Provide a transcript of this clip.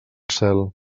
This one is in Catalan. cel